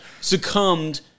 succumbed